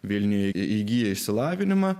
vilniuje įgiję išsilavinimą